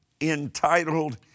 entitled